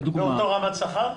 באותה רמת שכר?